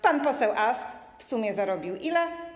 Pan poseł Ast w sumie zarobił ile?